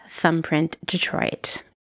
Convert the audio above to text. thumbprintdetroit